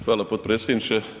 Hvala potpredsjedniče.